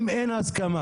אם אין הסכמה,